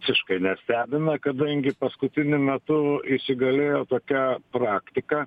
visiškai nestebina kadangi paskutiniu metu įsigalėjo tokia praktika